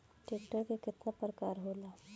Tractor के केतना प्रकार होला?